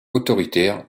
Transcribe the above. autoritaire